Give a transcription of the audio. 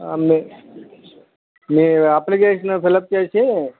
మీ మీ application fill up చేసి